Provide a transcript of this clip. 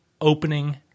opening